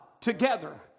together